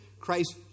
Christ